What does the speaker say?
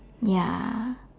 ya